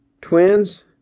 Twins